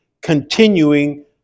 continuing